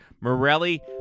Morelli